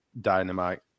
dynamite